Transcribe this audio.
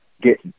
get